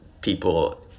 people